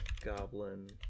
Goblin